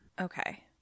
Okay